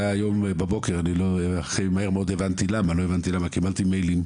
היה היום בבוקר - אני לא הכי מהר הבנתי למה - קיבלתי מיילים,